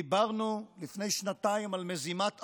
דיברנו לפני שנתיים על מזימת אפריל.